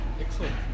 Excellent